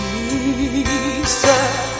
Jesus